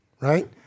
Right